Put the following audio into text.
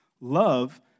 Love